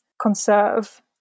conserve